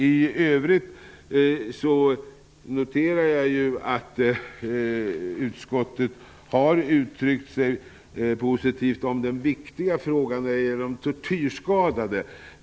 I övrigt noterar jag att utskottet har uttryckt sig positivt i den viktiga frågan om tortyrskadade.